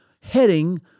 heading